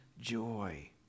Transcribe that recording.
joy